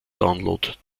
download